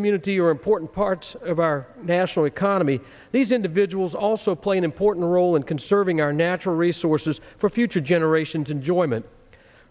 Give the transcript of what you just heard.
community are important parts of our national economy these individuals also play an important role in conserving our natural resources for future generations enjoyment